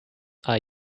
are